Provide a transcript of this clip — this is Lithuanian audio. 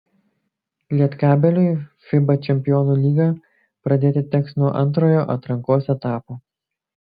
lietkabeliui fiba čempionų lygą pradėti teks nuo antrojo atrankos etapo